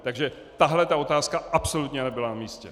Takže tahle otázka absolutně nebyla na místě!